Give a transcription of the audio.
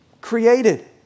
created